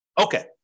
Okay